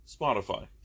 Spotify